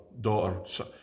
daughter